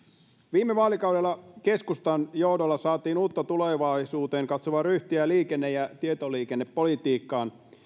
viime vaalikaudella keskustan johdolla saatiin uutta tulevaisuuteen katsovaa ryhtiä liikenne ja tietoliikennepolitiikkaan